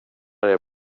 det